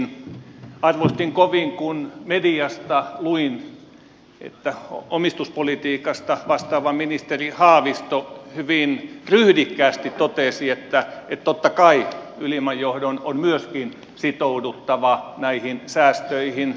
arvostin kovin kun mediasta luin että omistuspolitiikasta vastaava ministeri haavisto hyvin ryhdikkäästi totesi että totta kai ylimmän johdon on myöskin sitouduttava näihin säästöihin